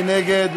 מי נגד?